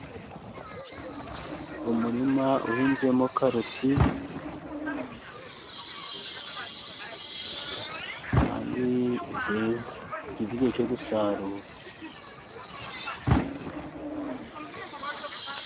Umurima uhinzemo karoti kandi nziza, zigeze igihe cyo gusarurwa.